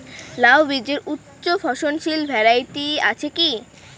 লাউ বীজের উচ্চ ফলনশীল ভ্যারাইটি আছে কী?